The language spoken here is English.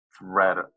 thread